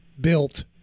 built